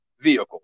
vehicle